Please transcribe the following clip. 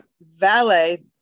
Valet